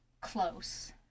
close